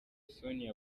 sonia